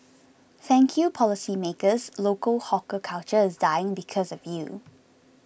thank you policymakers local hawker culture is dying because of you